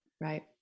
Right